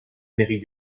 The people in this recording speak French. amérique